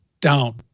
down